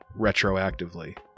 retroactively